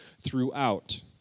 throughout